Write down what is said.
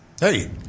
Hey